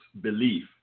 belief